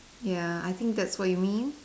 ya I think that's what you mean